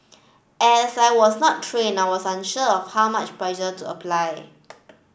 as I was not trained I was unsure of how much pressure to apply